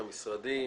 למשרדים,